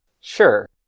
Sure